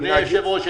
אדוני היושב ראש,